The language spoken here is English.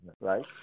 right